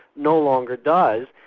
no longer does,